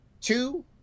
Two